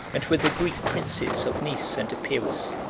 and with the greek princes of nice and epirus.